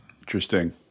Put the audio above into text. Interesting